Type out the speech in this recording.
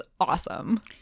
awesome